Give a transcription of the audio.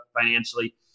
financially